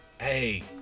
hey